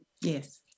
Yes